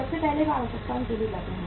सबसे पहले वे आवश्यकताओं के लिए जाते हैं